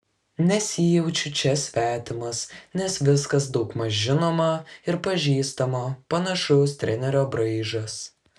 nesijaučiu čia svetimas nes viskas daugmaž žinoma ir pažįstama panašus trenerio braižas